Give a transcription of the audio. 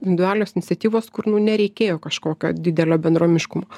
individualios iniciatyvos kur nu nereikėjo kažkokio didelio bendruomeniškumo